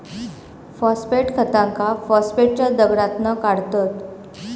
phosphate खतांका फॉस्फेटच्या दगडातना काढतत